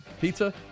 Pizza